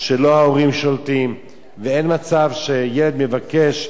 ואין מצב שילד מבקש כסף לשתייה והוא לא מקבל.